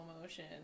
motion